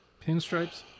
Pinstripes